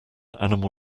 animal